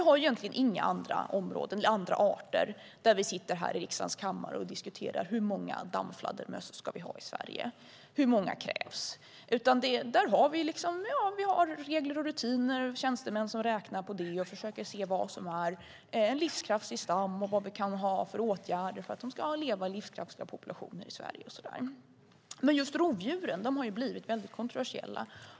När det gäller andra arter, till exempel dammfladdermöss, diskuterar vi inte här i riksdagens kammare hur många vi ska ha i Sverige, hur många som krävs, utan vi har regler och rutiner och tjänstemän som räknar på det och försöker se vad som är en livskraftig stam, vad vi kan ha för åtgärder för att vi ska ha livskraftiga populationer i Sverige. Men just rovdjuren har blivit väldigt kontroversiella.